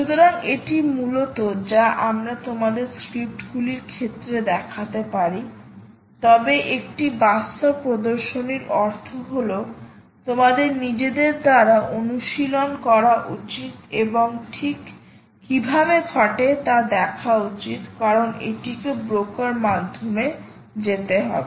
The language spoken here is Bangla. সুতরাং এটি মূলত যা আমরা তোমাদের স্ক্রিপ্টগুলির ক্ষেত্রে দেখাতে পারি তবে একটি বাস্তব প্রদর্শনীর অর্থ হল তোমাদের নিজেদের দ্বারা অনুশীলন করা উচিত এবং ঠিক কীভাবে ঘটে তা দেখা উচিত কারণ এটিকে ব্রোকার মাধ্যমে যেতে হবে